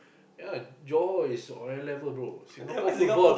ya Johor is on another level bro Singapore football